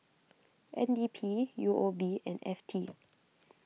N D P U O B and F T